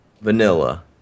Vanilla